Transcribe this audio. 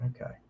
okay